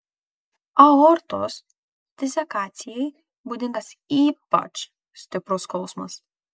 aortos disekacijai būdingas ypač stiprus skausmas